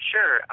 Sure